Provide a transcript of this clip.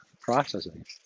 processing